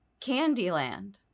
Candyland